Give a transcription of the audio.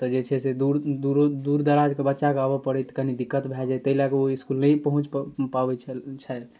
तऽ जे छै से दूर दूरो दूरदराजके बच्चाके आबऽ पड़ै तऽ कनि दिक्कत भऽ जाए ताहि लऽ कऽ ओ इसकुल नहि पहुँच पहुँच पाबै छल